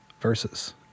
versus